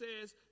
says